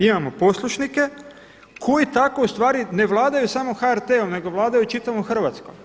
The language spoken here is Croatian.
Imamo poslušnike koji tako u stvari ne vladaju samo HRT-om nego vladaju čitavom Hrvatskom.